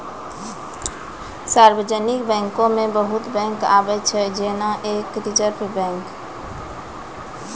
सार्वजानिक बैंको मे बहुते बैंक आबै छै जेना कि रिजर्व बैंक